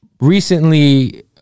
recently